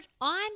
on